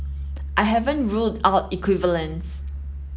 I haven't ruled out equivalent